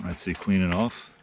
and so clean it off